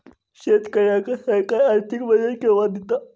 शेतकऱ्यांका सरकार आर्थिक मदत केवा दिता?